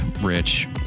Rich